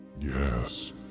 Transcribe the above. Yes